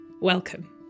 welcome